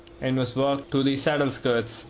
and was worked to the saddleskirts.